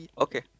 Okay